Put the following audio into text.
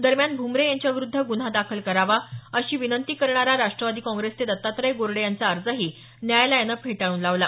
दरम्यान भुमरे यांच्याविरुद्ध गुन्हा दाखल करावा अशी विनंती करणारा राष्ट्रवादी काँग्रेसचे दत्तात्रय गोर्डे यांचा अर्जही न्यायालयानं फेटाळून लावला